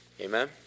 amen